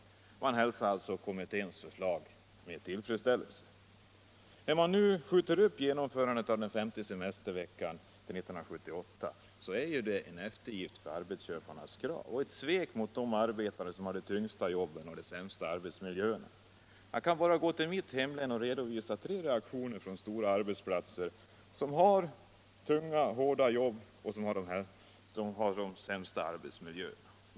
Man hälsade alltså kommitténs för: = slag med tillfredsställelse. Om tidpunkten för När nu genomförandet av den femte semesterveckan skjuts upp till införande av en 1978, så är det ju en eftergift för arbetsköparnas krav och ett svek mot — femte semesterde arbetare som har de tyngsta jobben och de sämsta arbetsmiljöerna. — vecka Jag kan bara gå till mitt hemlän och redovisa tre reaktioner från stora arbetsplatser som har tunga, hårda jobb och som har de sämsta arbetsmiljöerna.